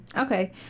Okay